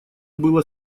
было